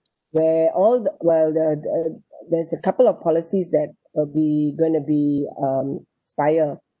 where all the where the uh there's a couple of policies that will be going to be um expire